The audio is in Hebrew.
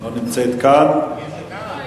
לא נמצאת כאן, היא כאן.